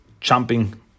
jumping